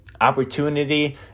opportunity